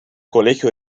colegio